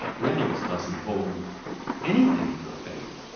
reynolds doesn't hold anything in your favor.